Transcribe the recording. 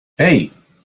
hey